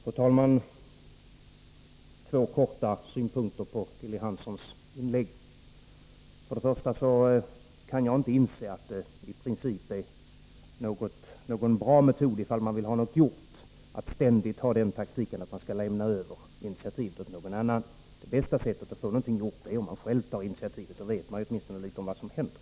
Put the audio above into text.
Fru talman! Bara två korta synpunkter på Lilly Hanssons inlägg. För det första kan jag inte inse att det i princip är någon bra metod om man vill ha någonting gjort att ständigt ha den taktiken att överlämna initiativet åt någon annan. Det bästa sättet är att själv ta initiativet. Då vet man åtminstone litet om vad som händer.